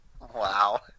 Wow